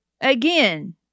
again